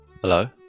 Hello